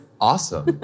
awesome